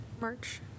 March